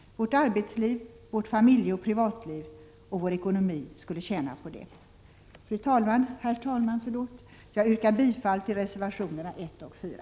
Vårt arbetsliv, vårt familjeoch privatliv och vår ekonomi skulle tjäna på det. Herr talman! Jag yrkar bifall till reservationerna 1 och 4.